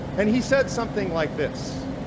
and he said something like this,